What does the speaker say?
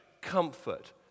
comfort